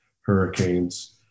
hurricanes